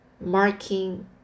marking